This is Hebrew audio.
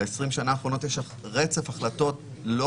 ב-20 השנה האחרונות יש רצף החלטות לא